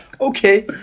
okay